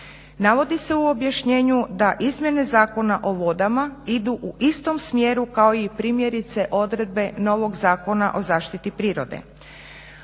Navodi se u objašnjenju da izmjene Zakona o vodama idu u istom smjeru kao i primjerice odredbe novog Zakona o zaštiti prirode.